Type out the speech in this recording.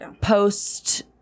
post